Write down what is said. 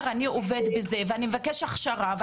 שהוא עובד בדבר מסוים והוא מבקש הכשרה,